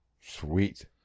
Sweet